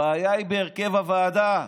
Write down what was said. הבעיה היא בהרכב הוועדה.